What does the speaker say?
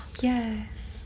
Yes